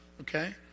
Okay